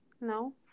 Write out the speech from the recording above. No